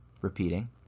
repeating